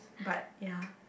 but ya